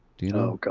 do you know? oh, god,